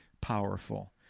powerful